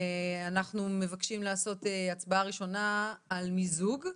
אנחנו מבקשים לעשות הצבעה ראשונה על מיזוג.